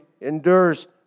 endures